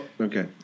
Okay